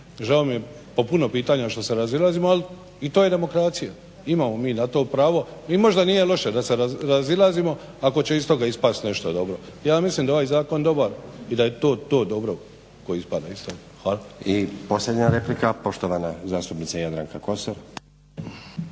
žao mi je po puno pitanja što se razilazimo, al' i to je demokracija. Imamo mi na to pravo. I možda nije loše da se razilazimo ako će iz tog ispast nešto dobro. Ja mislim da je ovaj zakon dobar i da je to dobro što ispada iz toga. **Stazić, Nenad (SDP)** I posljednja replika poštovana zastupnica Jadranka Kosor.